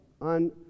on